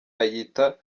ayita